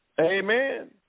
Amen